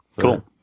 cool